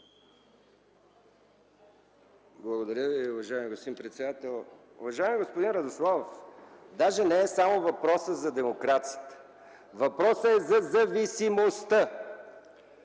Благодаря Ви, уважаеми господин председател! Уважаеми господин Радославов, даже не е само въпросът за демокрацията. Въпросът е за зависимостта.